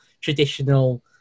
traditional